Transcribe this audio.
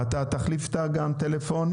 אתה תחליף איתה גם טלפונים?